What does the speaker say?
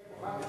אדוני,